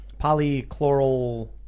polychloral